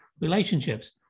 relationships